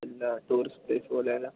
എല്ലാ tourist place പോലെ അല്ല